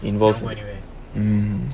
involved in um